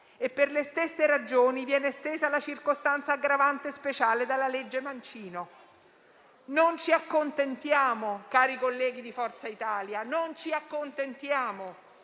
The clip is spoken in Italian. e, per le stesse ragioni, viene estesa la circostanza aggravante speciale della legge Mancino. Cari colleghi di Forza Italia, non ci accontentiamo